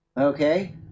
okay